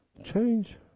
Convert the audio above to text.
change